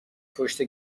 پشت